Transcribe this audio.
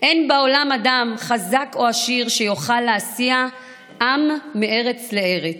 "אין בעולם אדם חזק או עשיר שיוכל להסיע עם מארץ אל ארץ.